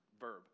verb